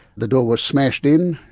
the door was smashed in,